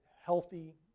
healthy